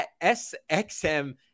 SXM